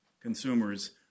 consumers